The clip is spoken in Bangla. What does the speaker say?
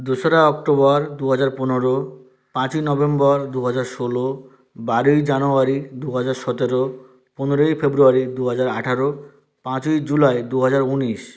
দোসরা অক্টোবর দু হাজার পনেরো পাঁচই নভেম্বর দু হাজার ষোলো বারোই জানুয়ারি দু হাজার সতেরো পনেরোই ফেব্রুয়ারি দু হাজার আঠারো পাঁচই জুলাই দু হাজার উনিশ